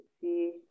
see